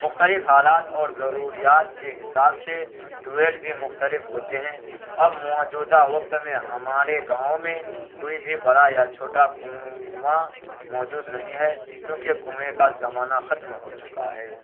مختلف حالات اور ضروریات کے حساب سے ٹویل بھی مختلف ہوتے ہیں اب موجودہ وقت میں ہمارے گاؤں میں کوئی بھی بڑا یا چھوٹا کنواں موجود نہیں ہے کیونکہ کنویں کا زمانہ ختم ہو چکا ہے